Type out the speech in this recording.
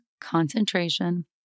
concentration